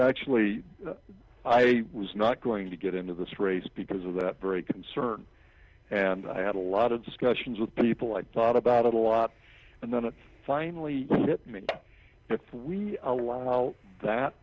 actually i was not going to get into this race because of that very concern and i had a lot of discussions with people i thought about it a lot and then it finally hit me if we allow that